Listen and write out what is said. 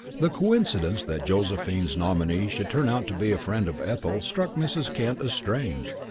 the coincidence that josephine's nominee should turn out to be a friend of ethel struck mrs. kent as strange,